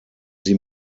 sie